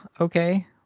Okay